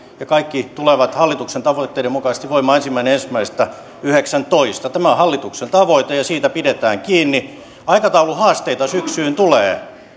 ja kaikki tulevat hallituksen tavoitteiden mukaisesti voimaan ensimmäinen ensimmäistä kaksituhattayhdeksäntoista tämä on hallituksen tavoite ja siitä pidetään kiinni aikatauluhaasteita syksyyn tulee